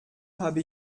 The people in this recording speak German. habe